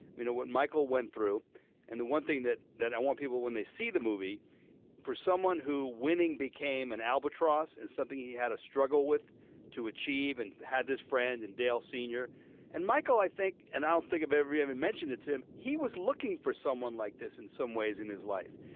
you know what michael went through and the one thing that that i want people when they see the movie for someone who winning became an albatross and something he had a struggle with to achieve and had this friend and dale senior and michael i think and i don't think of ever having mentioned it to him. he was looking for someone like this in some ways in his life.